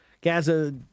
Gaza